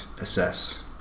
assess